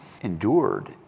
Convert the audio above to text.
endured